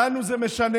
לנו זה משנה.